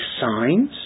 signs